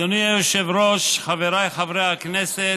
אדוני היושב-ראש, חבריי חברי הכנסת,